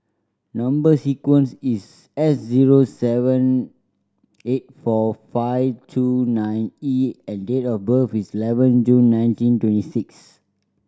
number sequence is S zero seven eight four five two nine E and date of birth is eleven June nineteen twenty six